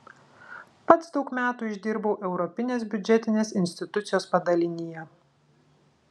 pats daug metų išdirbau europinės biudžetinės institucijos padalinyje